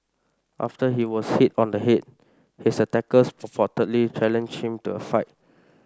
after he was hit on the head his attackers purportedly challenged him to a fight